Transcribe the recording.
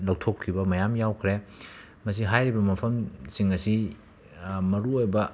ꯂꯧꯊꯣꯛꯈꯤꯕ ꯃꯌꯥꯝ ꯌꯥꯎꯈ꯭ꯔꯦ ꯃꯁꯤ ꯍꯥꯏꯔꯤꯕ ꯃꯐꯝꯁꯤꯡ ꯑꯁꯤ ꯃꯔꯨ ꯑꯣꯏꯕ